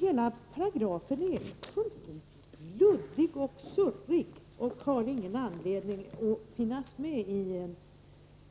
Hela paragrafen är fullständigt luddig, och det finns ingen anledning att ha den med